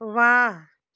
वाह